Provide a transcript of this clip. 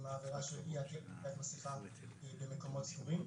העבירה של אי עטית מסכה במקומות ציבוריים .